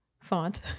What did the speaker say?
font